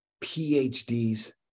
phds